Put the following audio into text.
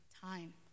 time